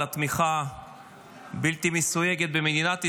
על התמיכה הבלתי-מסויגת במדינת ישראל,